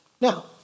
Now